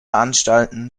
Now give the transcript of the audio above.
anstalten